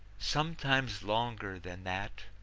sometimes longer than that,